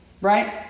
right